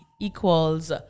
equals